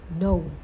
no